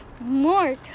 more